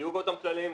בדיוק אותם כללים,